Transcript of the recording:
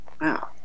wow